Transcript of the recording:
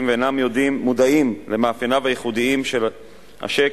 ואינם מודעים למאפייניו הייחודיים של הצ'ק,